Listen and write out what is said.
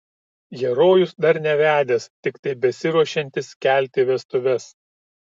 herojus dar nevedęs tiktai besiruošiantis kelti vestuves